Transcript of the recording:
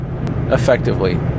effectively